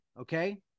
Okay